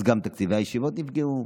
אז גם תקציבי הישיבות נפגעו.